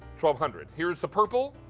two um hundred, here's the purple.